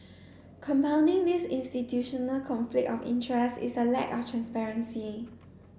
compounding this institutional conflict of interest is a lack of transparency